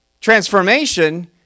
transformation